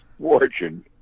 fortune